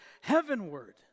heavenward